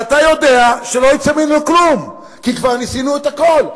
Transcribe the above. שאתה יודע שלא יצא ממנו כלום כי כבר ניסינו את הכול.